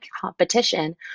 competition